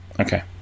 Okay